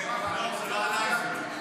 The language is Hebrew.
חנוך, זה לא עלה אצלי.